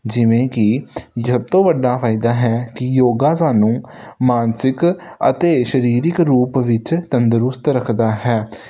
ਜਿਵੇਂ ਕਿ ਸਭ ਤੋਂ ਵੱਡਾ ਫਾਇਦਾ ਹੈ ਕਿ ਯੋਗਾ ਸਾਨੂੰ ਮਾਨਸਿਕ ਅਤੇ ਸਰੀਰਕ ਰੂਪ ਵਿੱਚ ਤੰਦਰੁਸਤ ਰੱਖਦਾ ਹੈ